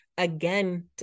Again